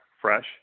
fresh